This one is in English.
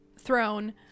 Throne